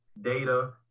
data